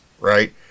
right